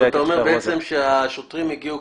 אתה אומר בעצם שהשוטרים הגיעו,